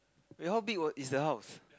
wait how big was is the house